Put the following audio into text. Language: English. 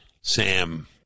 Sam